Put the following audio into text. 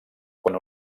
quan